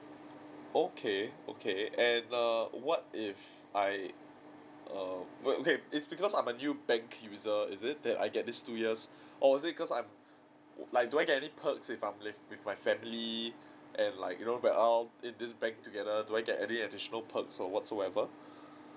okay okay and err what if I err okay okay it's because I'm a new bank user is it that I get this two years or is it cause I'm like do I get any perks if I'm linked with my family and like you know we all in this bank together do I get any additional perks or whatsoever